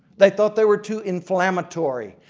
they thought they were too inflammatory.